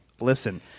Listen